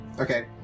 Okay